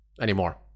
anymore